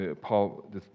Paul